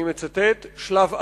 אני מצטט: שלב א'